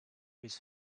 his